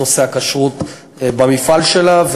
הכשרות במפעל שלה,